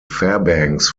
fairbanks